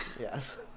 Yes